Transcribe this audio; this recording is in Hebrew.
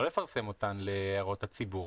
לא לפרסם אותן להערות הציבור.